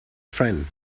friend